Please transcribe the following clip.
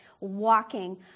walking